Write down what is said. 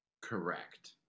Correct